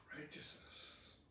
Righteousness